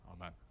Amen